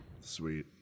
Sweet